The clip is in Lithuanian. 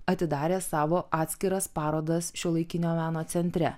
atidarė savo atskiras parodas šiuolaikinio meno centre